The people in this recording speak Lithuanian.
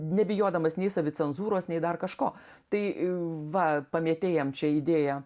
nebijodamas nei savicenzūros nei dar kažko tai va pamėtėjam čia idėją